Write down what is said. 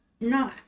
No